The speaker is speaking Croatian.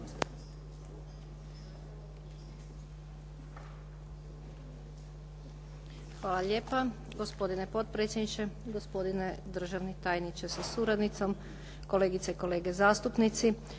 Hvala lijepo gospodine potpredsjedniče, državni tajniče sa suradnicom, kolegice i kolege.